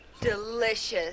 Delicious